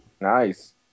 nice